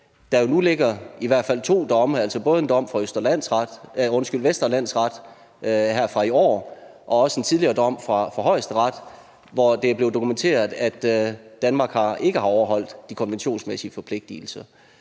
nu ligger i hvert fald to domme, altså både en dom fra Vestre Landsret her fra i år og også en tidligere dom fra Højesteret, og her er det blevet dokumenteret, at Danmark ikke har overholdt de konventionsmæssige forpligtelser.